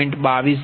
2832 0